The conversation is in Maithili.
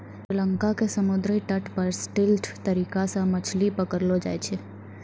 श्री लंका के समुद्री तट पर स्टिल्ट तरीका सॅ मछली पकड़लो जाय छै